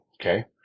okay